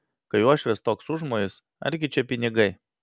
kai uošvės toks užmojis argi čia pinigai